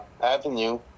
avenue